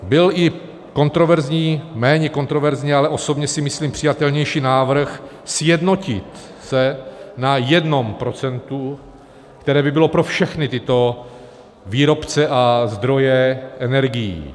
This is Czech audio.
Byl i kontroverzní méně kontroverzní, ale osobně si myslím přijatelnější návrh sjednotit se na 1 procentu, které by bylo pro všechny tyto výrobce a zdroje energií.